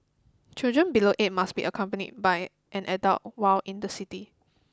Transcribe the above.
children below eight must be accompanied by an adult while in the city